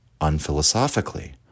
unphilosophically